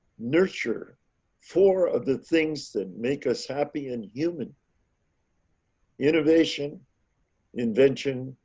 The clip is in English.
nurture four of the things that make us happy and human innovation invention,